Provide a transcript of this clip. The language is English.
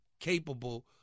capable